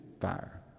fire